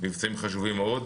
חשובים מאוד.